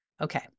Okay